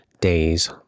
days